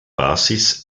basis